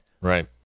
Right